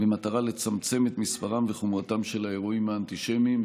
במטרה לצמצם את מספרם וחומרתם של האירועים האנטישמיים.